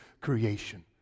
creation